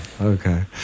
okay